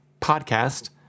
podcast